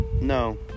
no